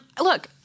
Look